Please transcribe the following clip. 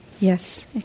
Yes